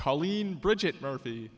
colleen bridget murphy